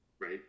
right